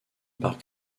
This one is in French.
par